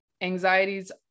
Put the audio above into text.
anxieties